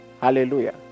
Hallelujah